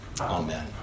Amen